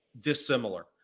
dissimilar